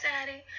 Daddy